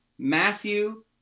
Matthew